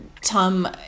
Tom